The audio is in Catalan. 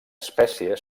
espècie